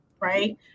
right